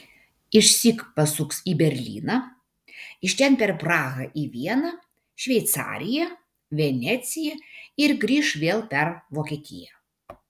išsyk pasuks į berlyną iš ten per prahą į vieną šveicariją veneciją ir grįš vėl per vokietiją